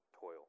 toil